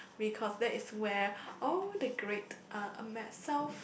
because that is where all the great uh ame~ south